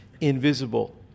invisible